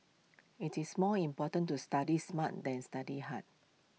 IT is more important to study smart than study hard